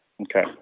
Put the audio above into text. Okay